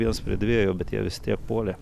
viens prie dviejų bet jie vis tiek puolė